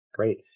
Great